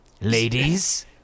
ladies